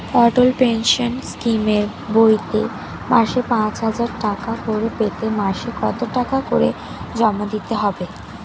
অটল pension স্কিমের বইতে মাসে পাঁচ হাজার টাকা করে পেতে মাসে কত টাকা করে জমা দিতে হবে?